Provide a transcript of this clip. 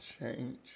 change